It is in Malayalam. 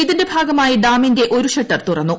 ഇതിന്റെ ഭാഗമായി ഡാമിന്റെ ഒരു ഷട്ടർ തുറന്നു